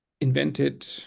invented